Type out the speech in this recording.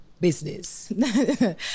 business